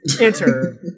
Enter